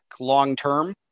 long-term